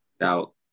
out